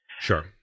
Sure